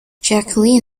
jacqueline